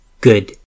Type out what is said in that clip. Good